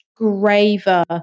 graver